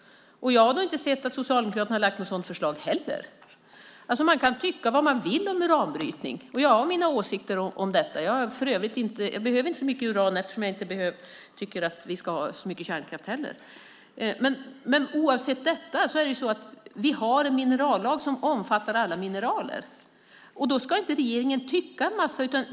Jag har inte sett att Socialdemokraterna har lagt fram något sådant förslag heller. Man kan tycka vad man vill om uranbrytning. Jag har mina åsikter om detta. Jag behöver inte så mycket uran eftersom jag inte tycker att vi ska ha så mycket kärnkraft heller. Men oavsett detta har vi en minerallag som omfattar alla mineraler. Då ska inte regeringen tycka en massa.